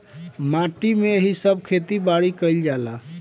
माटी में ही सब खेती बारी कईल जाला